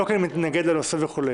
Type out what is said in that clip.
לא, כי אני מתנגד לנושא וכו'.